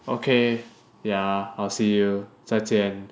okay yeah I'll see you 再见